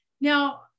now